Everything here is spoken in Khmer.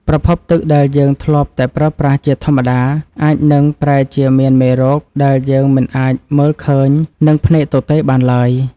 ប្រភពទឹកដែលយើងធ្លាប់តែប្រើប្រាស់ជាធម្មតាអាចនឹងប្រែជាមានមេរោគដែលយើងមិនអាចមើលឃើញនឹងភ្នែកទទេបានឡើយ។